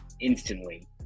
instantly